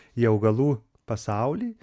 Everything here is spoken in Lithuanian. į augalų pasaulį